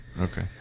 Okay